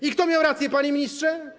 I kto miał rację, panie ministrze?